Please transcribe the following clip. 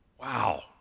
Wow